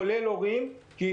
כולל הורים.